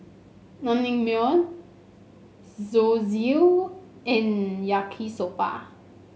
Naengmyeon Zosui and Yaki Soba